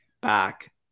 back